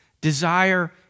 Desire